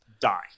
Die